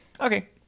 Okay